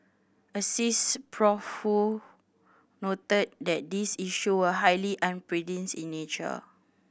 Asst Prof Woo noted that these issue were highly unprecedented in nature